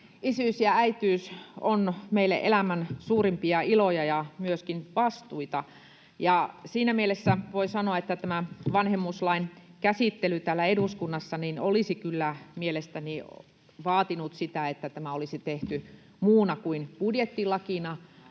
Isyys ja äitiys ovat meille elämän suurimpia iloja ja myöskin vastuita. Siinä mielessä voi sanoa, että tämä vanhemmuuslain käsittely täällä eduskunnassa olisi kyllä mielestäni vaatinut sitä, että tämä olisi tehty muuna kuin budjettilakina.